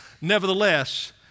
nevertheless